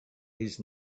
his